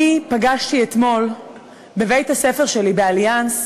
פגשתי אתמול בבית-הספר שלי, ב"אליאנס"